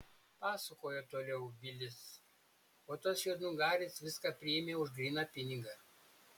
pasakojo toliau vilis o tas juodnugaris viską priėmė už gryną pinigą